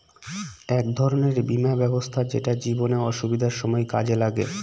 এক ধরনের বীমা ব্যবস্থা যেটা জীবনে অসুবিধার সময় কাজে লাগে